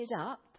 up